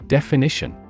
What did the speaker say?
Definition